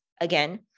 again